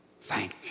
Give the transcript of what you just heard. thank